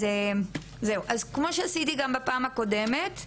אז זהו, אז כמו שעשיתי גם בפעם הקודמת,